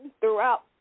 throughout